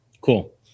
Cool